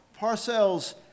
Parcells